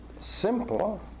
simple